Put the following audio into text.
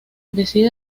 decide